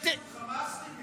אתה תומך בחיסול חמאס, טיבי?